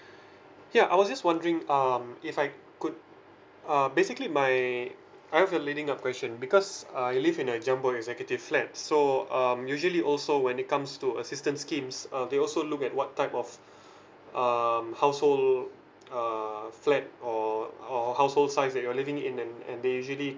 yeah I was just wondering um if I could uh basically my I have your leading up question because uh I live in a jumbo executive flat so um usually also when it comes to assistance schemes err they also look at what type of um household err flat or or household size that you're living in and and they usually